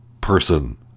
person